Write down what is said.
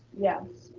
yes.